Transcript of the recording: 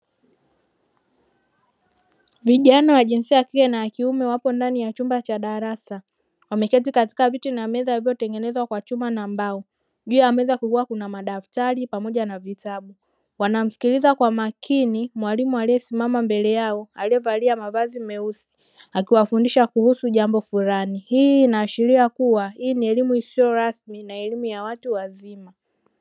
Vijana wa jinsia ya kike na wa kiume wapo ndani ya chumba cha darasa wameketi katika viti na meza iliyotengenezwa kwa chuma na mbao, juu ameweza kulikuwa kuna madaftari pamoja na vitabu, wanamsikiliza kwa makini mwalimu aliyesimama mbele yao aliyevalia mavazi meusi akiwafundisha kuhusu jambo fulani, hii inaashiria kuwa hii ni elimu isiyo rasmi na elimu ya watu wazima.